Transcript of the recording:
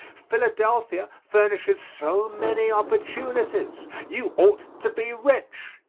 philadelphia furnishes so many opportunities. you ought to be rich.